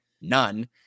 none